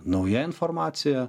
nauja informacija